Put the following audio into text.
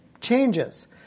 changes